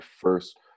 first